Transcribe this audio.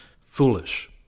foolish